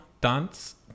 Dance